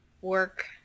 work